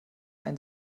ein